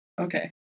Okay